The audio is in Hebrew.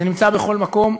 זה נמצא בכל מקום,